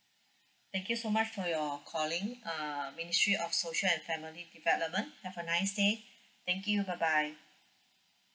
thank you so much for your calling err ministry of social and family development have a nice day thank you bye bye